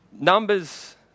Numbers